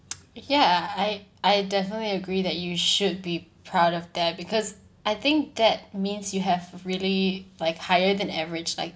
ya I I I definitely agree that you should be proud of that because I think that means you have really like higher than average like